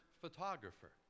photographer